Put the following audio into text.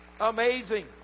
Amazing